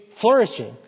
flourishing